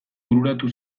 bururatu